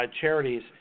charities